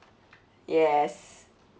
yes